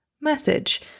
message